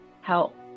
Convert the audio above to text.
Help